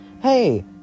Hey